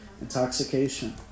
intoxication